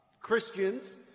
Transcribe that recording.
Christians